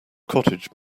cottage